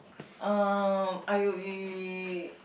um I we